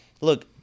look